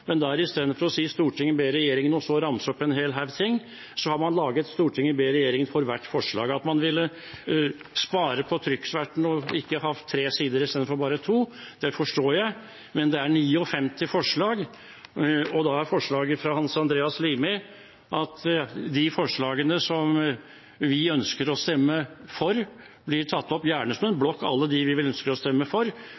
ber regjeringen», lagt det opp slik at «Stortinget ber regjeringen» ved hvert forslag. At man ville spare trykksverte og ikke ha tre sider, men bare to, forstår jeg, men det er 59 forslag. Og da er forslaget fra representanten Hans Andreas Limi at de forslagene som vi ønsker å stemme for, gjerne blir tatt opp som en blokk, og hvis det er andre partier som vil gjøre det samme, må det også respekteres. Dette har vært en